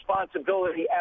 responsibility